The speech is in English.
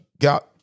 got